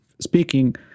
speaking